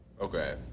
Okay